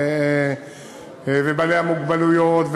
בעלי המוגבלויות,